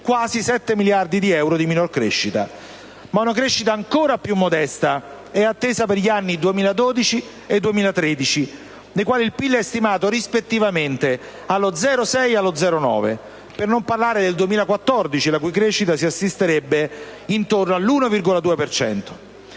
quasi 7 miliardi di euro di minore crescita. Una crescita ancora più modesta è attesa per gli anni 2012-2013, nei quali il PIL è stimato, rispettivamente, allo 0,6 per cento e allo 0,9 per cento. Ciò per non parlare del 2014, quando la crescita si assesterebbe intorno all'1,2